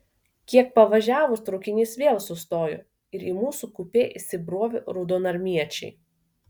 kiek pavažiavus traukinys vėl sustojo ir į mūsų kupė įsibrovė raudonarmiečiai